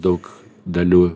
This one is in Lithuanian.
daug dalių